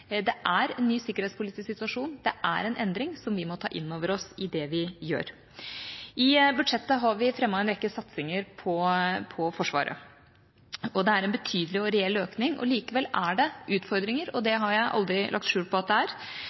Det er en ny sikkerhetspolitisk situasjon, det er en endring, som vi må ta inn over oss i det vi gjør. I budsjettet har vi fremmet en rekke satsinger på Forsvaret. Det er en betydelig og reell økning. Likevel er det utfordringer – og det har jeg aldri lagt skjul på at det er.